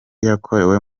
yakorewe